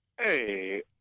hey